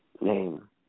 name